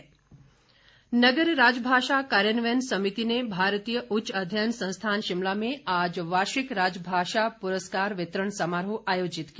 राजभाषा नगर राजभाषा कार्यान्वयन समिति ने भारतीय उच्च अध्ययन संस्थान शिमला में आज वार्षिक राजभाषा पुरस्कार वितरण समारोह आयोजित किया